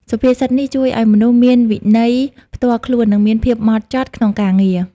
សុភាសិតនេះជួយឱ្យមនុស្សមានវិន័យផ្ទាល់ខ្លួន និងមានភាពហ្មត់ចត់ក្នុងការងារ។